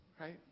Right